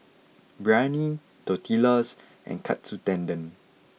Biryani Tortillas and Katsu Tendon